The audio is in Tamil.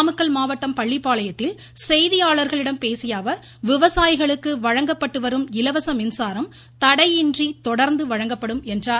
நாமக்கல் மாவட்டம் பள்ளிபாளையத்தில் செய்தியாளர்களிடம் பேசிய அவர் விவசாயிகளுக்கு வழங்கப்பட்டு வரும் இலவச மின்சாரம் தடையின்றி தொடர்ந்து வழங்கப்படும் என்றார்